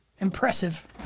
impressive